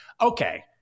Okay